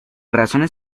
razones